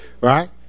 Right